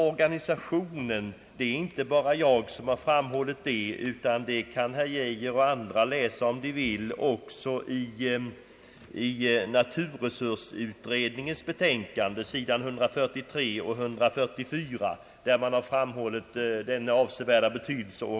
Organisationens betydelse har inte bara jag framhållit. Det kan herr Geijer och andra som vill läsa om i naturresursutredningens betänkande, s. 143— 144, där man framhållit organisationens avsevärda betydelse.